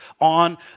on